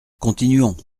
continuons